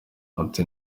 ati